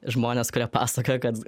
žmonės kurie pasakoja kad